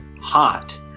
hot